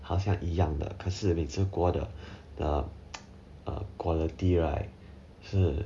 好像一样的可是美滋锅的 uh quality right 是